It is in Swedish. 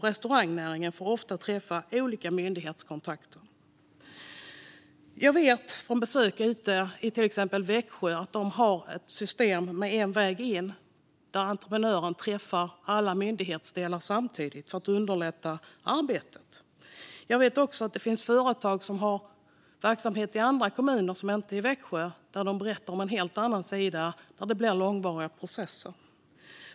Restaurangnäringen får ofta träffa olika myndighetskontakter. Jag vet från besök i till exempel Växjö att de har ett system med en väg in - entreprenören träffar alla myndighetsdelar samtidigt för att underlätta arbetet. Jag vet också att det finns företag som har verksamhet i andra kommuner än Växjö och som berättar om en helt annan sida där det blir långvariga processer.